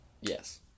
Yes